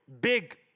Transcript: big